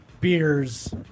beers